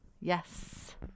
yes